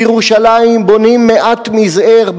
בירושלים בונים מעט מזעיר,